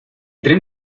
tren